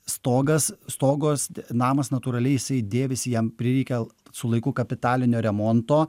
stogas stogo namas natūraliai jisai dėvisi jam prireikia su laiku kapitalinio remonto